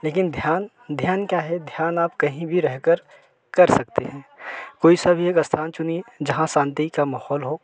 लेकिन ध्यान ध्यान क्या है ध्यान आप कहीं भी रहकर कर सकते हैं कोई सब एक स्थान चुनिए जहाँ शांति का माहौल हो